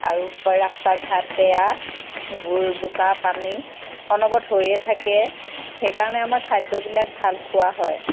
আৰু ৰাস্তা ঘাট বেয়া এইবোৰ বোকা পানী অনবৰত হৈয়ে থাকে সেইকাৰণে আমাৰ খাদ্যবিলাক ভাল খোৱা হয়